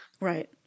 Right